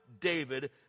david